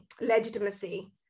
legitimacy